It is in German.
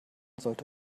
sollte